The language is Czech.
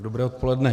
Dobré odpoledne.